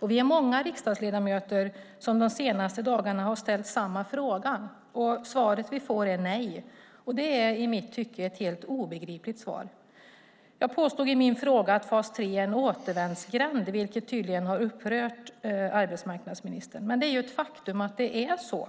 Vi är många riksdagsledamöter som de senaste dagarna har ställt samma fråga, och svaret vi får är nej. Det är i mitt tycke ett helt obegripligt svar. Jag påstod i min fråga att fas 3 är en återvändsgränd, vilket tydligen har upprört arbetsmarknadsministern. Men det är ju ett faktum att det är så.